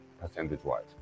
percentage-wise